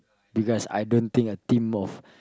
because I don't think a team of